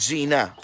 Gina